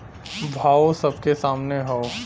भावो सबके सामने हौ